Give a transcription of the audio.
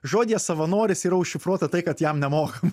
žodyje savanoris yra užšifruota tai kad jam nemokam